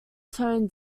toned